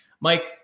Mike